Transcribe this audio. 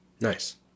Nice